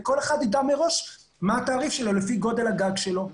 וכל אחד יידע מראש מה התעריף שלו לפי גודל הגג שלו.